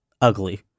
ugly